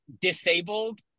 disabled